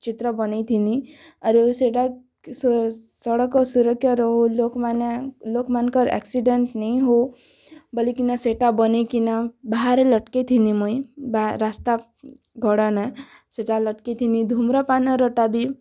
ଚିତ୍ର ବନେଇଥିନି ଆରୁ ସେଟା କି ସଡ଼କ ସୁରକ୍ଷାର ଲୋକ୍ମାନେ ଲୋକ୍ମାନ୍ଙ୍କର ଆକ୍ସିଡ଼େନ୍ଟ୍ ନାଇଁ ହେଉ ବୋଲିକିନା ସେଟା ବନେଇକିନା ବାହାରେ ଲଟ୍କେଇଥିନି ମୁଇଁ ରାସ୍ତା ଗଡ଼ାନା ସେଟା ଲଟ୍କେଇଥିନି ଧୁମ୍ରପାନ୍ର ଟା ବି